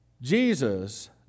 Jesus